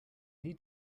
need